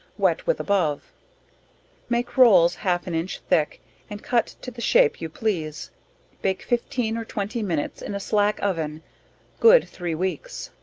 wet with above make roles half an inch thick and cut to the shape you please bake fifteen or twenty minutes in a slack oven good three weeks.